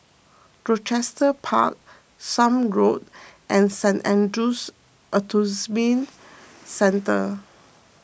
Rochester Park Somme Road and Saint andrew's Autism Centre